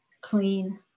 clean